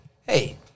Hey